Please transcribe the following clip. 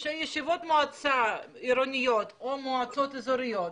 לפיה ישיבות מועצה עירוניות או מועצות אזוריות,